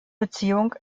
beziehung